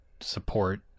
support